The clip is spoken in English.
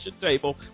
table